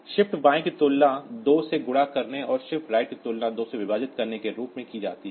shift बाएं की तुलना 2 से गुणा करने और शिफ्ट राइट की तुलना 2 से विभाजित करने के रूप में की जाती है